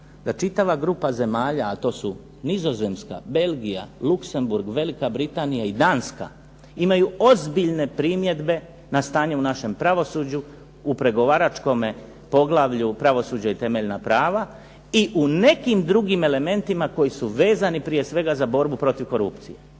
da čitava grupa zemalja a to su Nizozemska, Belgija, Luksemburg, Velika Britanija i Danska imaju ozbiljne primjedbe na stanje u našem pravosuđu u pregovaračkome poglavlju - Pravosuđe i temeljna prava i u nekim drugim elementima koji su vezani prije svega za borbu protiv korupcije.